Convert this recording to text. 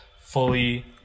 fully